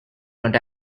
not